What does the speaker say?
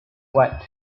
what